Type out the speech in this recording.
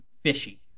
fishy